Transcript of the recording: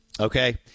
Okay